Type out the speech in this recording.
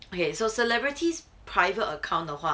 okay celebrities private account 的话